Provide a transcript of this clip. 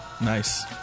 Nice